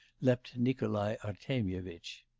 leapt nikolai artemyevitch.